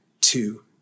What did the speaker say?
two